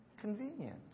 convenient